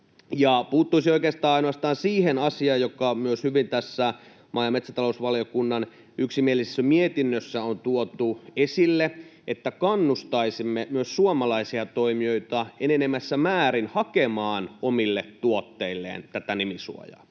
Puuttuisin oikeastaan ainoastaan siihen asiaan, joka on myös hyvin tässä maa- ja metsätalousvaliokunnan yksimielisessä mietinnössä tuotu esille, että kannustaisimme myös suomalaisia toimijoita enenevässä määrin hakemaan omille tuotteilleen tätä nimisuojaa,